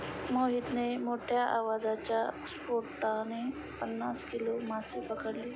मोहितने मोठ्ठ्या आवाजाच्या स्फोटाने पन्नास किलो मासे पकडले